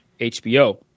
HBO